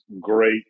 great